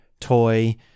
toy